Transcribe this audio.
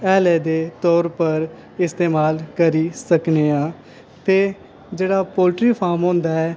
हैले दे तौर पर इस्तेमाल करी सकने आं ते जेह्ड़ा पोल्ट्री फार्म होंदा ऐ